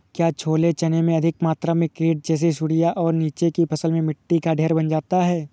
क्या छोले चने में अधिक मात्रा में कीट जैसी सुड़ियां और नीचे की फसल में मिट्टी का ढेर बन जाता है?